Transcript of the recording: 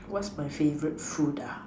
what's my favourite food ah